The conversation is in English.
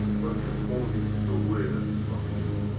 but you're only aware of this.